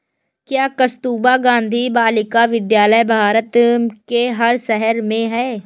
क्या कस्तूरबा गांधी बालिका विद्यालय भारत के हर शहर में है?